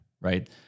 right